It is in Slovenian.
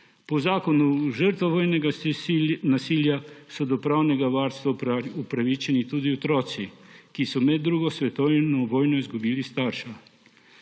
Po Zakonu o žrtvah vojnega nasilja so do pravnega varstva upravičeni tudi otroci, ki so med drugo svetovno vojno izgubili starša.